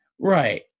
right